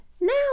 now